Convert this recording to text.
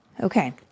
Okay